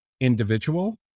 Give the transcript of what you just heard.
individual